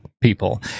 people